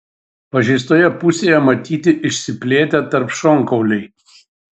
pažeistoje pusėje matyti išsiplėtę tarpšonkauliai